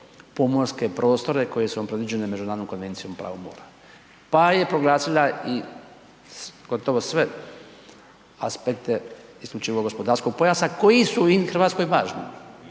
pomorske prostore koje su predviđene Međunarodnom konvencijom o pravu mora. Pa je proglasila gotovo sve aspekte isključivog gospodarskog pojasa koji su i Hrvatskoj važni.